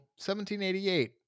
1788